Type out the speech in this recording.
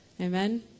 Amen